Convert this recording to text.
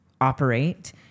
operate